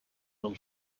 will